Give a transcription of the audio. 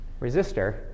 resistor